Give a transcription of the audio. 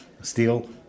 steel